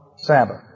Sabbath